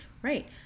Right